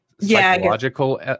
psychological